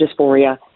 dysphoria